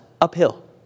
uphill